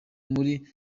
muri